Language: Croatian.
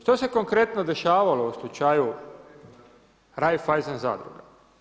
Što se konkretno dešavalo u slučaju Raiffeisen zadruga?